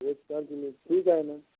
एक तारखेला ठीक आहे ना